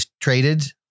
traded